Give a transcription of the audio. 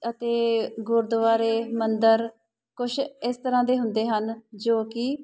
ਅਤੇ ਗੁਰਦੁਆਰੇ ਮੰਦਿਰ ਕੁਛ ਇਸ ਤਰ੍ਹਾਂ ਦੇ ਹੁੰਦੇ ਹਨ ਜੋ ਕਿ